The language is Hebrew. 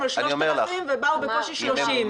על 3,000 ובאו בקושי 30. אז אני אומר לך,